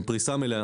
עם פריסה מלאה.